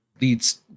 leads